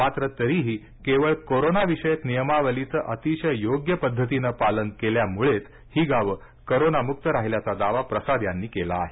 मात्र तरीही केवळ कोरोनाविषयक नियमावलीचं अतिशय योग्य पद्धतीनं पालन कैल्यामुळेच ही गावं कोरोनामुक्त राहिल्याचा दावा प्रसाद यांनी केला आहे